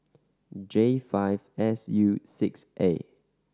J five S U six A